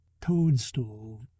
toadstool